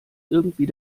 irgendwie